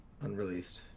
unreleased